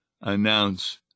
announce